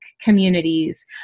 communities